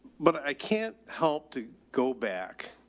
but i can't help to go back